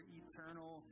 eternal